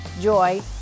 joy